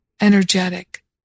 energetic